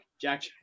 Jack